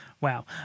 Wow